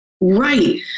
Right